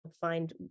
find